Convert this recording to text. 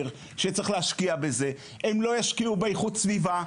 שצריך להשקיע בזה הן לא ישקיעו באיכות סביבה,